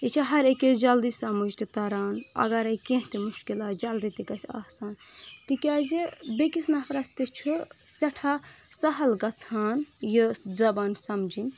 یہِ چھِ ہر أکِس سَمجھ تہِ تَران اَگرے کیٚنٛہہ تہِ مُشکل آسہِ جلدی تہِ گژھ آسان تِکیٚازِ بیٚیہِ کِس نَفرس تہِ چھُ سٮ۪ٹھاہ سَحل گژھان یہِ زَبان سَمجنۍ